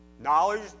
Knowledge